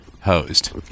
hosed